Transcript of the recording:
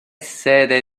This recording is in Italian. sede